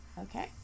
Okay